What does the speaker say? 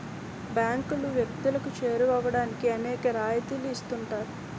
బ్యాంకులు వ్యక్తులకు చేరువవడానికి అనేక రాయితీలు ఇస్తుంటాయి